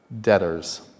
debtors